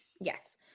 Yes